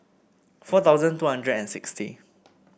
four thousand two hundred and sixty